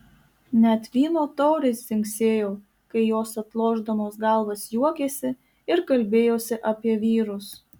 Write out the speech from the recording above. net vyno taurės dzingsėjo kai jos atlošdamos galvas juokėsi ir kalbėjosi apie vyrus